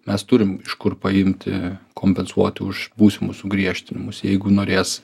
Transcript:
mes turim iš kur paimti kompensuot už būsimus sugriežtinimus jeigu norės